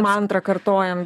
mantrą kartojam